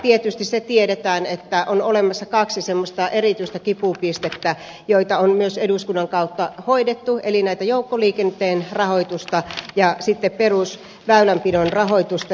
tietysti se tiedetään että on olemassa kaksi semmoista erityistä kipupistettä joita on myös eduskunnan kautta hoidettu eli tämä joukkoliikenteen rahoitus ja sitten perusväylänpidon rahoitus